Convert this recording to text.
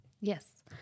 Yes